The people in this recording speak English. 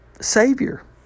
savior